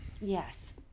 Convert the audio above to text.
Yes